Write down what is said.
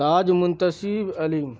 تاج Muntasib علیم